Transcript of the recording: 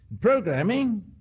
Programming